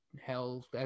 Hell